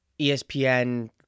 ESPN